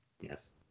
Yes